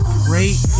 great